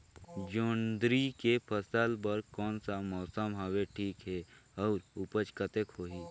जोंदरी के फसल बर कोन सा मौसम हवे ठीक हे अउर ऊपज कतेक होही?